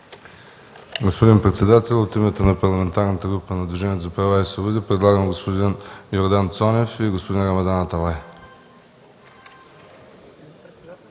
Господин председател, от името на Парламентарната група на Движението за права и свободи предлагаме господин Йордан Цонев и господин Рамадан Аталай.